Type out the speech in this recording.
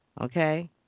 Okay